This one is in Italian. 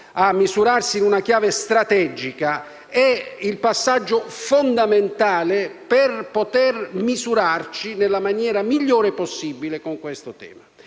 al misurarsi in una chiave strategica, è il passaggio fondamentale per poterci misurare nella maniera migliore possibile con questo